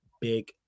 big